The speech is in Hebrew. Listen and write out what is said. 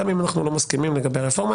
גם אם אנחנו לא מסכימים לגבי הרפורמה.